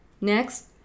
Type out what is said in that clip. next